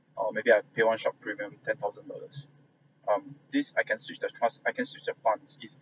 or maybe I pay one shot premium ten thousand dollars um this I can switch the trust I can switch funds it's